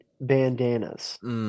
bandanas